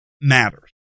matters